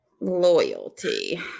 loyalty